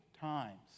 times